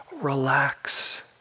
relax